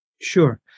Sure